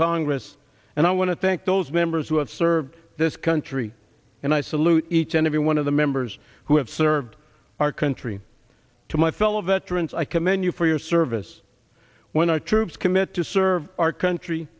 congress and i want to thank those members who have served this country and i salute each and every one of the members who have served our country to my fellow veterans i commend you for your service when our troops commit to serve our country